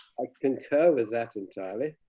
i concur with that entirely.